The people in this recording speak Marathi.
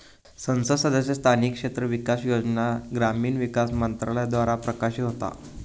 संसद सदस्य स्थानिक क्षेत्र विकास योजना ग्रामीण विकास मंत्रालयाद्वारा प्रशासित होता